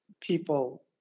people